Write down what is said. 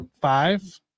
five